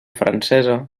francesa